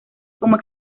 como